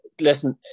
Listen